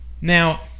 Now